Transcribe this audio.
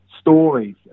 stories